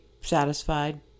satisfied